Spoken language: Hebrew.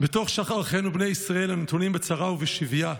בתוך שאר אחינו בני ישראל הנתונים בצרה ובשביה.